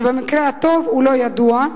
שבמקרה הטוב הוא לא ידוע.